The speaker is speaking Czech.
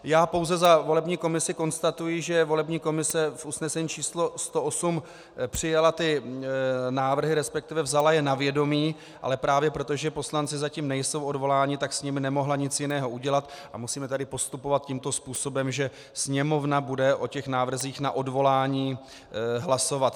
Já pouze za volební komisi konstatuji, že volební komise v usnesení č. 108 přijala návrhy, resp. vzala je na vědomí, ale právě proto, že poslanci zatím nejsou odvoláni, tak s tím nemohla nic jiného udělat a musíme tady postupovat tímto způsobem, že Sněmovna bude o návrzích na odvolání hlasovat.